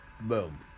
Boom